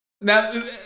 Now